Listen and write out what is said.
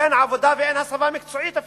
אין עבודה ואין הסבה מקצועית אפילו.